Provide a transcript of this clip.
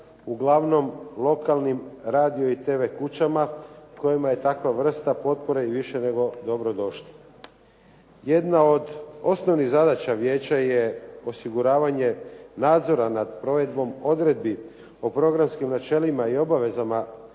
uglavnom lokalnim radio i tv kućama kojima je takva vrsta potpore i više nego dobro došla. Jedna od osnovnih zadaća vijeća je osiguravanje nadzora nad provedbom odredbi o programskim načelima i obvezama